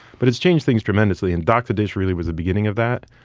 but it's changed things tremendously, and dock to dish really was the beginning of that.